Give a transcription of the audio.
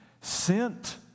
sent